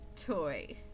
toy